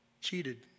cheated